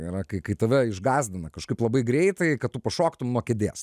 yra kai kai tave išgąsdina kažkaip labai greitai kad tu pašoktum nuo kėdės